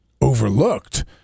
overlooked